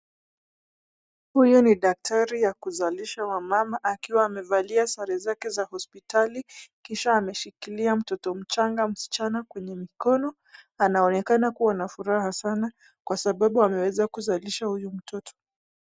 Huyu ni daktari wa kuzalisha wamama akiwa amevalia sare zake za hosiptali, kisha ameshikilia mtoto mchanga msichana kwenye mikono anaonekana kuwa na furaha sana kwa sababu ameweza kuzalisha huyu mtoto.